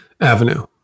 Avenue